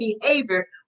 behavior